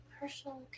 personal